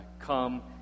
come